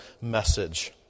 message